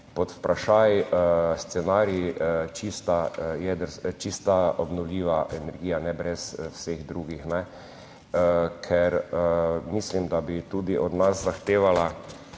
pod vprašaj scenarij čista obnovljiva energija, ne brez vseh drugih. Ker mislim, da bi tudi od nas zahtevala